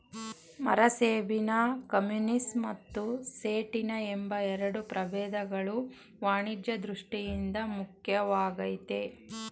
ಮರಸೇಬಿನ ಕಮ್ಯುನಿಸ್ ಮತ್ತು ಸೇಟಿನ ಎಂಬ ಎರಡು ಪ್ರಭೇದಗಳು ವಾಣಿಜ್ಯ ದೃಷ್ಠಿಯಿಂದ ಮುಖ್ಯವಾಗಯ್ತೆ